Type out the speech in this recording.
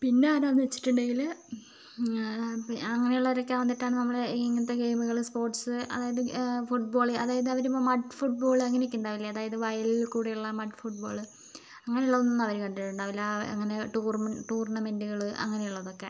പിന്നെ ആരാന്ന് വെച്ചിട്ടുണ്ടെങ്കില് അങ്ങനെയുള്ളവരൊക്കെ വന്നിട്ടാണ് നമ്മള് ഇങ്ങനത്തെ ഗേമുകള് സ്പോർട്സ് അതായത് ഫുട്ബോള് അതായത് അവരിപ്പോൾ മഡ് ഫുട്ബോൾ അങ്ങനൊക്കെയുണ്ടാവില്ലേ അതായത് വയലിൽ കൂടിയുള്ള മഡ് ഫുട്ബോള് അങ്ങനെ ഉള്ളതൊന്നും അവര് കണ്ടിട്ടുണ്ടാവില്ല അങ്ങനെ ടൂർണമെന്റുകൾ അങ്ങനെയുള്ളതൊക്കെ